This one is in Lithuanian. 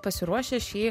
pasiruošę šį